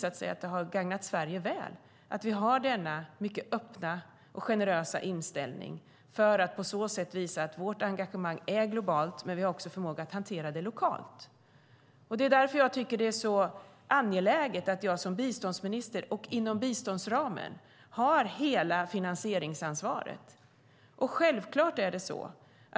Att vi har denna mycket öppna och generösa inställning har också visat sig gagna Sverige. På så sätt visar vi att vårt engagemang är globalt och att vi även har förmåga att hantera det hela lokalt. Därför är det angeläget att jag som biståndsminister - inom biståndsramen - har hela finansieringsansvaret.